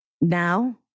now